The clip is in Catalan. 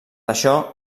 això